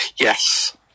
Yes